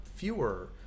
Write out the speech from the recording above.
Fewer